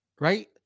Right